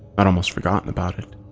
i'd almost forgotten about it,